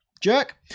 jerk